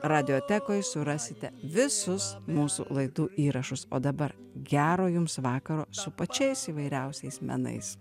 radijotekoj surasite visus mūsų laidų įrašus o dabar gero jums vakaro su pačiais įvairiausiais menais